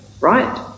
right